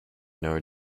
nor